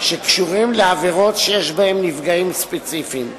שקשורים לעבירות שיש בהם נפגעים ספציפיים.